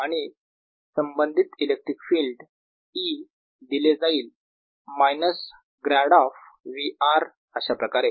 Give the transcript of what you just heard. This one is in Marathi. आणि संबंधित इलेक्ट्रिक फिल्ड E दिले जाईल minus grad of V r अशाप्रकारे